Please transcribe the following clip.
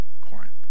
Corinth